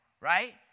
right